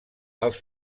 els